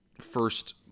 first